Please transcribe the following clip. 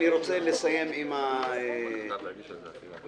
אני עושה עשר דקות